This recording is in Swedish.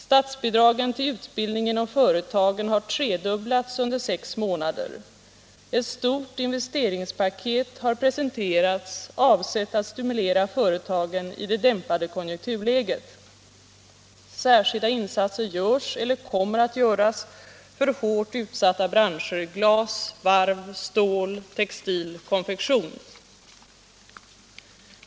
Statsbidragen till utbildning inom företagen har tredubblats under sex månader. Ett stort investeringspaket har presenterats, avsett att stimulera företagen i det dämpade konjunkturläget. Särskilda insatser görs eller kommer att göras för hårt utsatta branscher — glas, varv, stål, textil, konfektion.